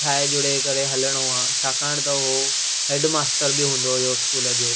ठाहे जुड़े करे हलिणो आहे छाकाणि त उहो हेड मास्टर बि हूंदो हुओ स्कूल जो